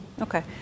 okay